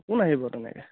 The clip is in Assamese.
কোন আহিব তেনেকৈ